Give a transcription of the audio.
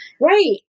Right